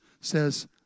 says